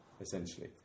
essentially